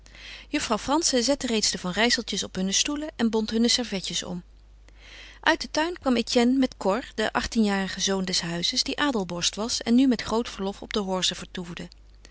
juffrouw frantzen zette reeds de van rijsseltjes op hunne stoelen en bond hunne servetjes om uit den tuin kwam etienne met cor den achttienjarigen zoon des huizes die adelborst was en nu met groot verlof op de horze vertoefde